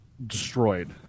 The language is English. destroyed